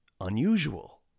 unusual